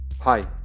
Hi